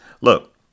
look